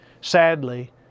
Sadly